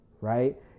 right